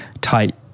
tight